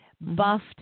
Buffed